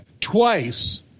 twice